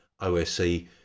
OSC